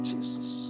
Jesus